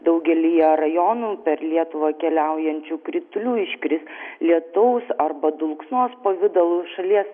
daugelyje rajonų per lietuvą keliaujančių kritulių iškris lietaus arba dulksnos pavidalu šalies